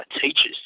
teachers